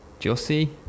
Jossie